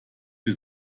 für